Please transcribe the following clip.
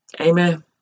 Amen